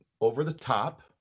over-the-top